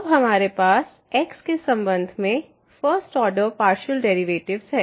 तब हमारे पास x के संबंध में फर्स्ट ऑर्डर पार्शियल डेरिवेटिव्स है